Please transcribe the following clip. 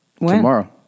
tomorrow